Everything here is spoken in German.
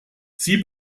sie